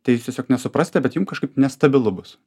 tai jūs tiesiog nesuprasite bet jum kažkaip nestabilu bus